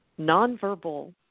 nonverbal